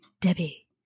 Debbie